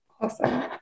Awesome